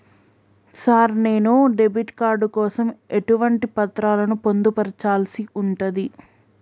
Sir నేను debit card కోసం ఎటువంటి పత్రాలను పొందుపర్చాల్సి ఉంటది?